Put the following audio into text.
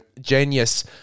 genius